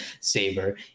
Saber